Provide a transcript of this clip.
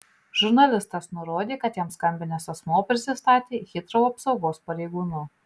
žurnalistas nurodė kad jam skambinęs asmuo prisistatė hitrou apsaugos pareigūnu